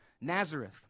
Nazareth